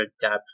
depth